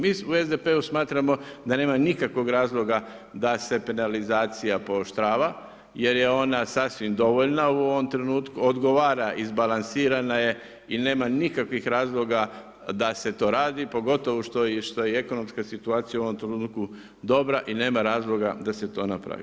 Mi u SDP-u smatramo da nema nikakvog razloga da se penalizacija pooštrava, jer je ona sasvim dovoljna u ovom trenutku odgovara, izbalansirana je i nema nikakvih razloga da se to radi, pogotovo što je i ekonomska situacija u ovom trenutku dobra i nema razloga da se to napravi.